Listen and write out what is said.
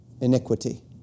iniquity